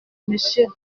monsieur